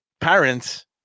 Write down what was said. parents